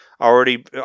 already